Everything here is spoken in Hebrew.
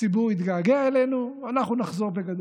הציבור יתגעגע אלינו, אנחנו נחזור בגדול.